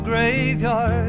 graveyard